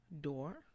Door